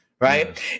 right